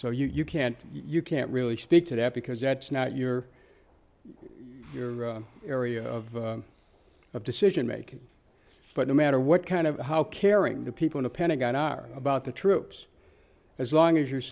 so you can't you can't really speak to that because that's not your area of of decision making but no matter what kind of how caring the people in the pentagon are about the troops as long as you're